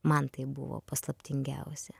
man tai buvo paslaptingiausia